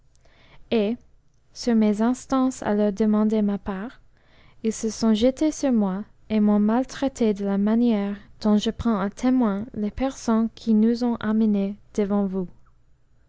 et sur mes instances à leur demander ma part ils se sont jetés sur moi et m'ont maltraité de la manière dont je prends à témoin les personnes qui nous ont amenés devant vous